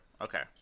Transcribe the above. Okay